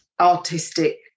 artistic